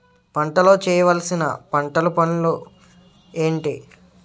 పంటలో చేయవలసిన పంటలు పనులు ఏంటి?